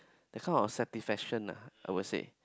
that kind of satisfaction lah I would said